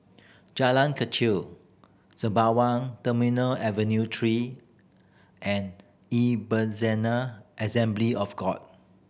Jalan Kechil Sembawang Terminal Avenue Three and Ebezener Assembly of God